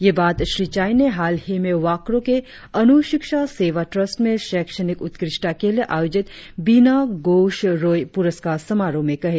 ये बात श्री चाइ ने हालही में वाक्रो के अनु शिक्षा सेवा ट्रस्ट में शैक्षणिक उत्कृष्टता के लिए आयोजित बीना घोष राँय पुरस्कार समारोह में कही